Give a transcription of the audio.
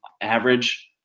average